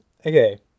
Okay